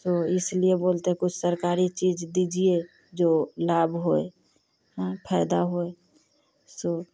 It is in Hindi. तो इसलिए बोलते हैं कुछ सरकारी चीज़ दीजिए जो लाभ होए हाँ फ़ायदा होए सो